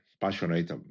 passionate